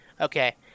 Okay